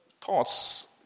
Thoughts